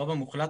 הרוב המוחלט,